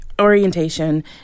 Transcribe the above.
orientation